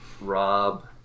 Rob